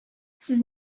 сез